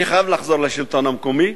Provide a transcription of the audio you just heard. אני חייב לחזור לשלטון המקומי,